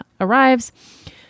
arrives